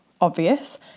obvious